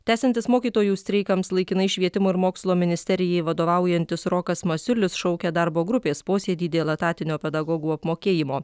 tęsiantis mokytojų streikams laikinai švietimo ir mokslo ministerijai vadovaujantis rokas masiulis šaukia darbo grupės posėdį dėl etatinio pedagogų apmokėjimo